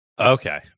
Okay